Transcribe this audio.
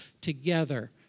together